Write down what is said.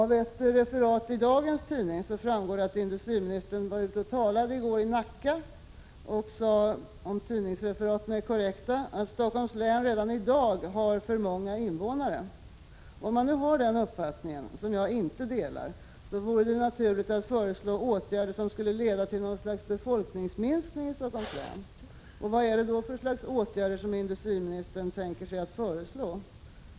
I Dagens Nyheter för i dag finns ett referat av ett tal som industriministern höll i Nacka i går. Om tidningsreferatet är korrekt sade industriministern att Stockholms län redan i dag har för många invånare. Har man nu den uppfattningen, och den delar inte jag, vore det naturligt att föreslå åtgärder som skulle leda till någon form av befolkningsminskning i Stockholms län. Vad är det då för slags åtgärder som industriministern tänker sig att föreslå?